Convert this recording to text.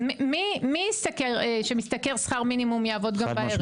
אז מי שמשתכר שכר מינימום יעבוד גם בערב?